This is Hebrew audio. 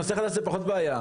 נושא חדש הוא פחות בעיה.